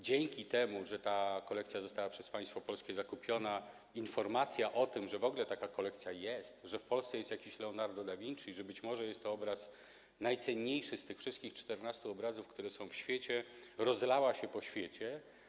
Dzięki temu, że ta kolekcja została przez państwo polskie zakupiona, informacja o tym, że w ogóle taka kolekcja jest, że w Polsce jest jakiś Leonardo da Vinci, że być może jest to obraz najcenniejszy z tych wszystkich 14 obrazów, które są na świecie, rozlała się po świecie.